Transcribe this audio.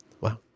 Wow